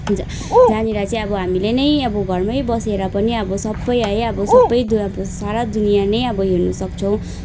जहाँनिर चाहिँ अब हामीले नै अब घरमै बसेर पनि अब सबै है अब सबै दु सारा दुनियाँनै अब हेर्न सक्छौँ